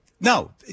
no